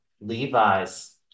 Levi's